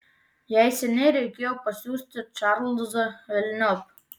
jai seniai reikėjo pasiųsti čarlzą velniop